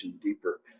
deeper